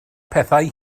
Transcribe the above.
pethau